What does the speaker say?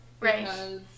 Right